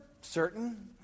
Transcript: certain